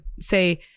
say